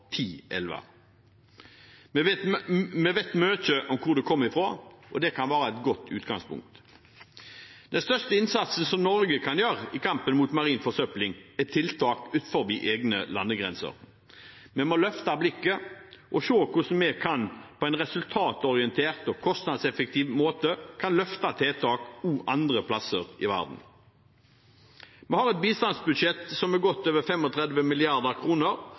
ti elver. Vi vet mye om hvor den kommer fra, og det kan være et godt utgangspunkt. Den største innsatsen som Norge kan gjøre i kampen mot marin forsøpling, er tiltak utenfor egne landegrenser. Vi må løfte blikket og se hvordan vi på en resultatorientert og kostnadseffektiv måte kan løfte tiltak også andre plasser i verden. Vi har et bistandsbudsjett på godt over